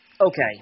Okay